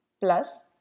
plus